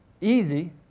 easy